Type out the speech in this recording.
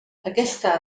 aquesta